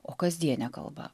o kasdiene kalba